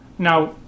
Now